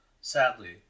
Sadly